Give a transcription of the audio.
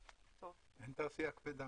אין תעשייה כבדה.